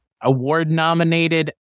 award-nominated